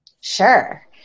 Sure